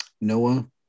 Noah